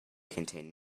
contain